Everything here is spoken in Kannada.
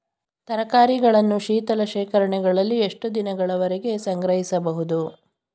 ತರಕಾರಿಗಳನ್ನು ಶೀತಲ ಶೇಖರಣೆಗಳಲ್ಲಿ ಎಷ್ಟು ದಿನಗಳವರೆಗೆ ಸಂಗ್ರಹಿಸಬಹುದು?